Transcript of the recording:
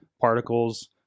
particles